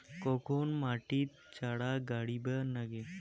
কখন মাটিত চারা গাড়িবা নাগে?